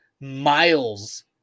miles